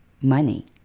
money